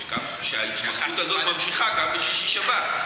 שההתמכרות הזאת ממשיכה גם בשישי-שבת.